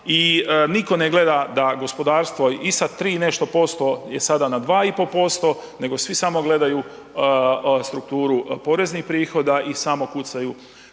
i nitko ne gleda da gospodarstvo i sa 3 i nešto posto je sada na 2,5% nego svi samo gledaju strukturu poreznih prihoda i samo kucaju,